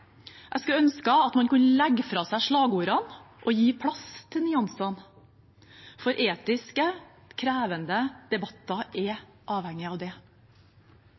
Jeg skulle ønske man kunne legge fra seg slagordene og gi plass til nyansene, for etiske, krevende debatter er avhengig av det.